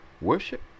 Worship